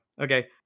Okay